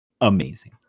Amazing